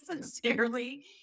sincerely